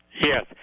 Yes